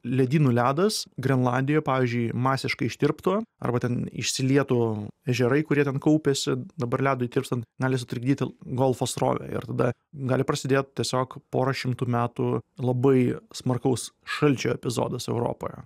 ledynų ledas grenlandijoj pavyzdžiui masiškai ištirptų arba ten išsilietų ežerai kurie ten kaupėsi dabar ledui tirpstant gali sutrukdyti golfo srovę ir tada gali prasidėt tiesiog poros šimtų metų labai smarkaus šalčio epizodas europoje